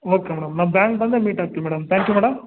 okay madam ನಾನು bank ಬಂದಾಗ meet ಆಗ್ತೀನಿ ಮೇಡಮ್ ಥ್ಯಾಂಕ್ ಯು ಮೇಡಮ್